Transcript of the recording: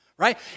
Right